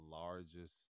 largest